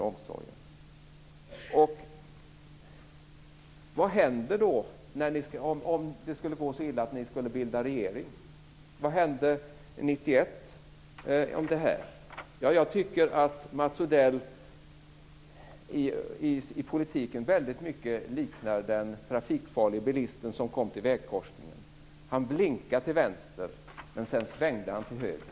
Om det skulle gå så illa att ni får bilda regering, vad händer då? Vad var det som hände på det här området 1991? Jag tycker Mats Odell i politiken väldigt mycket liknar den trafikfarlige bilisten som kom till vägkorsningen. Han blinkande till vänster, men sedan svängde han till höger.